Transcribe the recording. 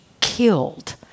killed